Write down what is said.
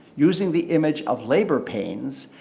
using the image of labor pains,